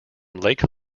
lake